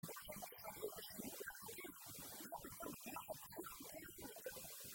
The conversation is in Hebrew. בקושי המוסרי בשיפוט האלוקים, מה פתאום בגלל חטא החאן כל העם לוק...